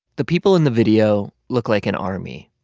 the people in the video look like an army.